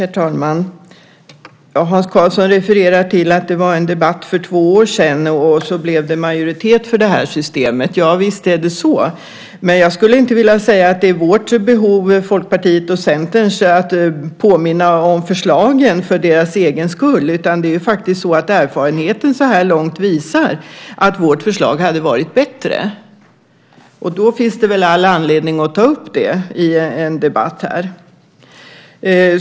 Herr talman! Hans Karlsson refererar till att det var en debatt för två år sedan, och så blev det majoritet för det här systemet. Ja, visst är det så. Men jag skulle inte vilja säga att det är vårt behov, Folkpartiets och Centerns, att påminna om förslagen för deras egen skull. Det är ju faktiskt så att erfarenheten så här långt visar att vårt förslag hade varit bättre. Då finns det väl all anledning att ta upp det i en debatt här i kammaren.